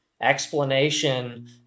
explanation